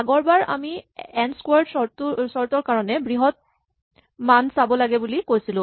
আগৰবাৰ আমি N squared sort ৰ কাৰণে বৃহৎ মান চাব লাগে বুলি কৈছিলো